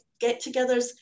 get-togethers